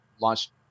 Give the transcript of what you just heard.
launched